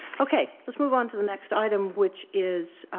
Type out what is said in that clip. okay, let's move on to the next item, which is